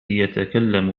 يتكلم